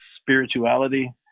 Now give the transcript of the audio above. spirituality